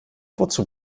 wozu